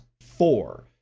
Four